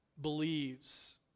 believes